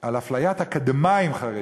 על אפליית אקדמאים חרדים,